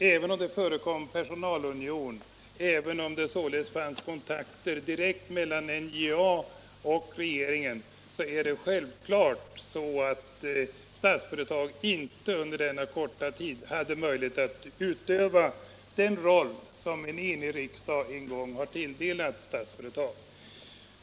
Även om det förekom personalunion och det således fanns kontakter direkt mellan NJA och regeringen, är det självklart så att Statsföretag inte under denna korta tid hade möjlighet att spela den roll som en enig riksdag en gång hade tilldelat Statsföretag.